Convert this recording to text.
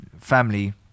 family